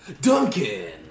Duncan